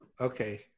Okay